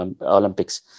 Olympics